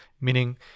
meaning